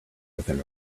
within